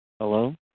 Hello